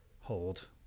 hold